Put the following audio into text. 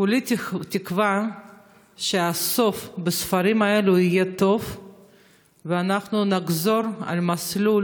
כולי תקווה שהסוף בספרים האלה יהיה טוב ואנחנו נחזור למסלול